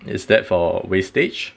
is that for wastage